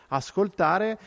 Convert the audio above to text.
ascoltare